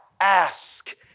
Ask